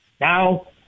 Now